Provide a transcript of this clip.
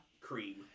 cream